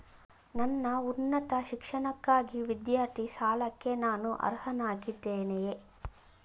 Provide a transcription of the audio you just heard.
ನನ್ನ ಉನ್ನತ ಶಿಕ್ಷಣಕ್ಕಾಗಿ ವಿದ್ಯಾರ್ಥಿ ಸಾಲಕ್ಕೆ ನಾನು ಅರ್ಹನಾಗಿದ್ದೇನೆಯೇ?